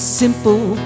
simple